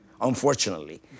unfortunately